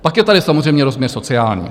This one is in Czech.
Pak je tady samozřejmě rozměr sociální.